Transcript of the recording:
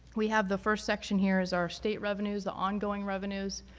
we have the first section here as our state revenues, the ongoing revenues.